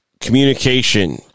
communication